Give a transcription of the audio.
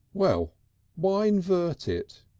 well why invert it?